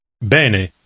Bene